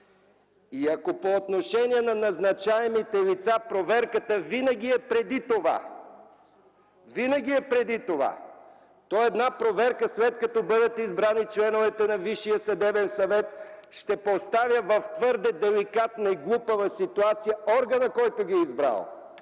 И ако по отношение на назначаемите лица проверката винаги е преди това, то една проверка след като бъдат избрани членовете на Висшия съдебен съвет, ще поставя в твърде деликатна и глупава ситуация органа, който ги е избрал.